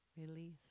release